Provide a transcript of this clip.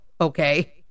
Okay